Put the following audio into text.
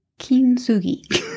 Kintsugi